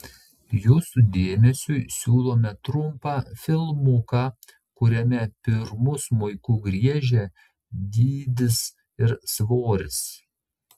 jūsų dėmesiui siūlome trumpą filmuką kuriame pirmu smuiku griežia dydis ir svoris